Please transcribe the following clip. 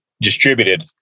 distributed